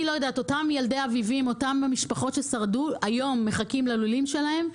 אותן משפחות של ילדי אביבים ששרדו מחכים היום ללולים שלהם.